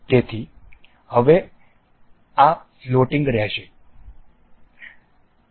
તેથી આ હવેથી ફ્લોટિંગ રહેશે